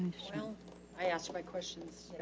so i asked my questions.